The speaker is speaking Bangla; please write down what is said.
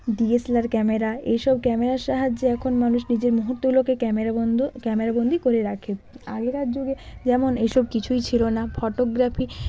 ডিএসলার ক্যামেরা এইসব ক্যামেরার সাহায্যে এখন মানুষ নিজের মুহূর্তগুলোকে ক্যামেরা বন্ধ ক্যামেরা বন্দি করে রাখে আগেকার যুগে যেমন এইসব কিছুই ছিল না ফটোগ্রাফি